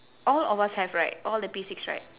all of us have right all the P six right